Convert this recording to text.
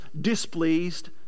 displeased